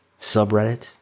subreddit